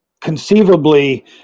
conceivably